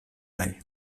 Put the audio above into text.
nahi